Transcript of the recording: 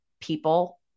people